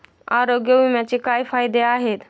आरोग्य विम्याचे काय फायदे आहेत?